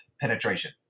penetration